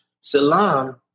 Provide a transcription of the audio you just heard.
Salam